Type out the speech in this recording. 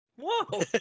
Whoa